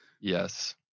yes